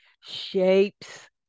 shapes